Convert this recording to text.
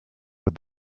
with